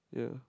ya